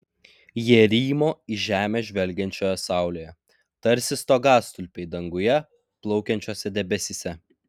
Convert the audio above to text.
jie rymo į žemę žvelgiančioje saulėje tarsi stogastulpiai danguje plaukiančiuose debesyse